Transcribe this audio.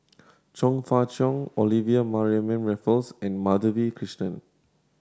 Chong Fah Cheong Olivia Mariamne Raffles and Madhavi Krishnan